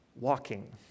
walking